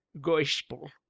Gospel